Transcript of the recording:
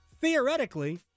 theoretically